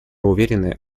уверены